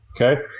Okay